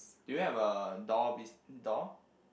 do you have a door bes~ door